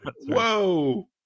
whoa